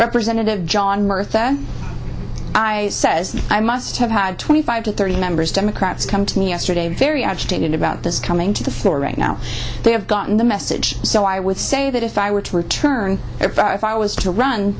representative john murtha i says i must have had twenty five to thirty members democrats come to me yesterday very agitated about this coming to the floor right now they have gotten the message so i would say that if i were to return if i was to run